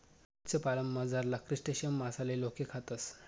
मत्स्यपालनमझारला क्रस्टेशियन मासाले लोके खातस